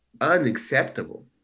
unacceptable